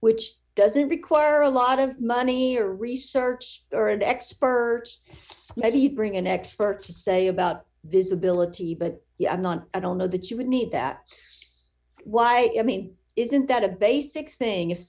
which doesn't require a lot of money or research or experts maybe bring an expert to say about visibility but you know i'm not i don't know that you would need that why i mean isn't that a basic thing